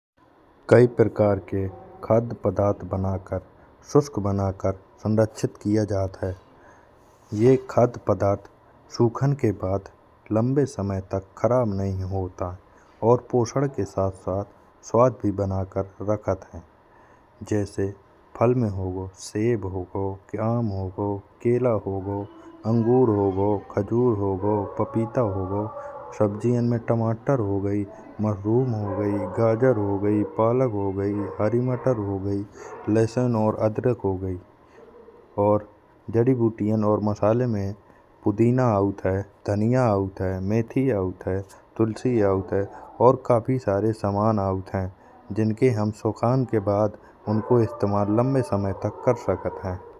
कई प्रकार के खाद्य पदार्थ बनाकर सूक्ष बनाकर संरक्षित किया जात है। ये खाद्य पदार्थ सुखने के बाद लंबे समय तक खराब नहीं होत आए। और पोषक के साथ साथ स्वाद भी बनाकर रखत है। जैसे फल में हो गव सेव हो गव आम हो गव। केला हो गव, अंगूर हो गव, खजूर हो गव, पपीता हो गव। सब्जियों में टमाटर हो गई, मशरूम हो गई, गाजर हो गई, पालक हो गई, हरी मटर हो गई। लहसुन और अदरक हो गई और जड़ी-बूटियां और मसालों में पुदीना आत है, धनिया आत है, मेथी आत है, तुलसी आत है। और काफी सारे सामान ऑत है जिनके हम सुखाने के बाद उनको इस्तेमाल लंबे समय तक कर सकेत है।